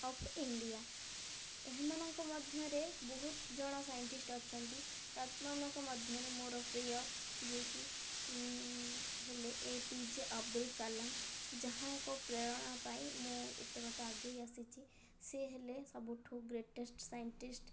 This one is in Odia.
ଅଫ୍ ଇଣ୍ଡିଆ ଏହାମାନଙ୍କ ମଧ୍ୟରେ ବହୁତ ଜଣ ସାଇଣ୍ଟିଷ୍ଟ୍ ଅଛନ୍ତି ତାତ୍ମାନଙ୍କ ମଧ୍ୟରେ ମୋର ପ୍ରିୟ ଯିଏକି ହେଲେ A P J Abdul Kalam ଯାହାଙ୍କ ପ୍ରେରଣା ପାଇ ମୁଁ ଏତେ ବାଟ ଆଗେଇ ଆସିଛି ସେ ହେଲେ ସବୁଠୁ ଗ୍ରେଟେଷ୍ଟ୍ ସାଇଣ୍ଟିଷ୍ଟ୍